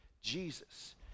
Jesus